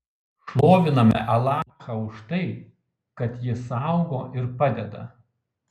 šloviname alachą už tai kad jis saugo ir padeda